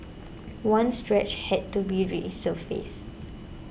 one stretch had to be resurfaced